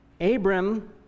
Abram